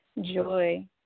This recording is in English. Joy